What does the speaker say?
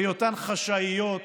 היותן חשאיות,